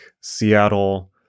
Seattle